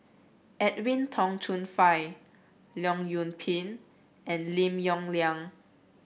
Edwin Tong Chun Fai Leong Yoon Pin and Lim Yong Liang